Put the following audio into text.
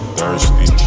thirsty